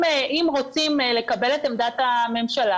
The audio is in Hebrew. אם רוצים לקבל את עמדת הממשלה,